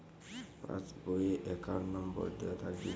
Pass বই এ account number দেওয়া থাকে কি?